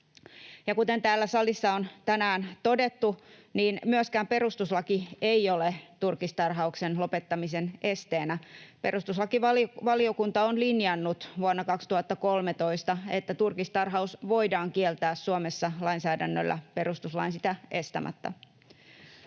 kuten täällä salissa on tänään todettu, myöskään perustuslaki ei ole turkistarhauksen lopettamisen esteenä. Perustuslakivaliokunta on linjannut vuonna 2013, että turkistarhaus voidaan kieltää Suomessa lainsäädännöllä perustuslain sitä estämättä.